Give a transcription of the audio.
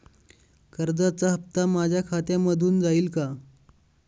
कर्जाचा हप्ता थेट माझ्या खात्यामधून जाईल का?